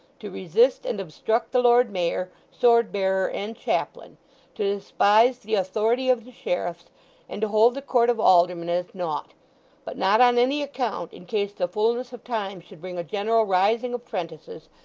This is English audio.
to resist and obstruct the lord mayor, sword-bearer, and chaplain to despise the authority of the sheriffs and to hold the court of aldermen as nought but not on any account, in case the fulness of time should bring a general rising of prentices,